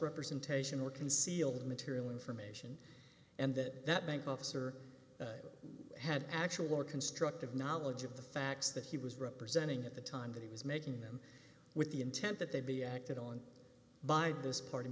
representation or concealed material information and that that bank officer had actual or constructive knowledge of the facts that he was representing at the time that he was making them with the intent that they be acted on